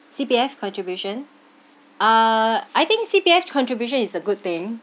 C_P_F contribution uh I think C_P_F contribution is a good thing